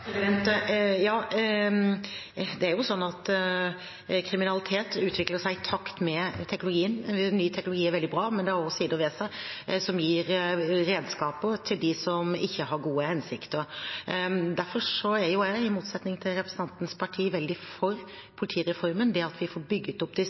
Ja, kriminalitet utvikler seg jo i takt med teknologien. Ny teknologi er veldig bra, men det har også sider ved seg som gir redskaper til dem som ikke har gode hensikter. Derfor er jeg, i motsetning til representantens parti, veldig